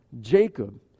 jacob